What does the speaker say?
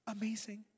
amazing